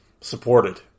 supported